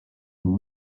amb